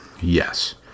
yes